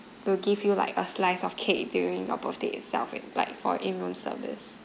we'll give you like a slice of cake during your birthday itself in like for in room service